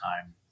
time